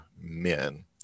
men